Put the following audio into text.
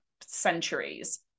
centuries